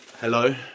Hello